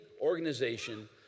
organization